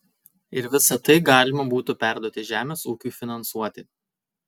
ir visa tai galima būtų perduoti žemės ūkiui finansuoti